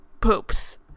poops